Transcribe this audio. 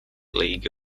league